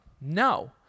No